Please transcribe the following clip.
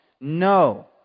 No